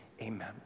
amen